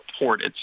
reported